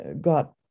got